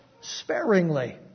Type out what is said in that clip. sparingly